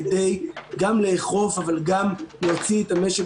כדי גם לאכוף אבל גם כדי להוציא את המשק